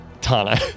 Tana